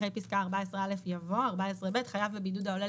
אחרי פסקה (14א) יבוא: "(14ב) חייב בבידוד העולה